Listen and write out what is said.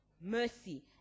mercy